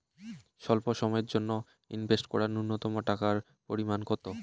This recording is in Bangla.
স্বল্প সময়ের জন্য ইনভেস্ট করার নূন্যতম টাকার পরিমাণ কত?